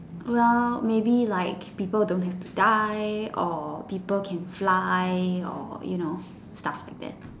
well maybe like people don't have to die or people can fly or you know stuff like that